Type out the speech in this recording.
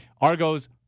Argos